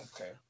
okay